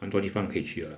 蛮多地方可以去的